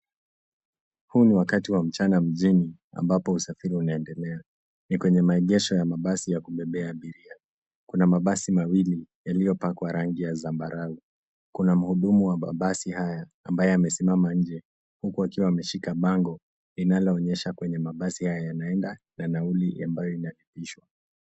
Huu ni wakati wa mchana mjini ambapo usafiri unaendelea. Ni kwenye maegesho ya mabasi ya kubebea abiria. Kuna mabasi mawili yaliyopakwa rangi ya zambarau. Kuna mhudumu wa mabasi haya ambaye amesimama nje huku akiwa ameshika bango linaloonyesha kwenye mabasi haya yanaenda na nauli ambayo inalipishwa.